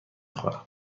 خورم